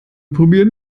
probieren